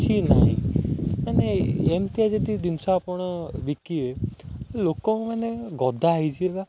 କିଛି ନାହିଁ ମାନେ ଏମିତିଆ ଯଦି ଜିନିଷ ଆପଣ ବିକିବେ ଲୋକମାନେ ଗଦା ହେଇଯେବା